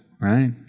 right